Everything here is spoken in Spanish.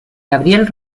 gabriel